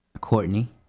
Courtney